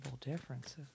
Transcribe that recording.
differences